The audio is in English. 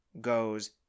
goes